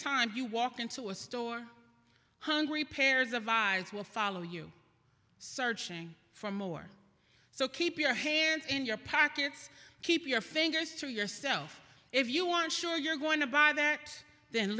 time you walk into a store hungry pairs of eyes will follow you searching for more so keep your hands in your pockets keep your fingers to yourself if you want sure you're going to buy that then